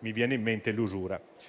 Mi viene in mente,